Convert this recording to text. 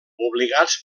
obligats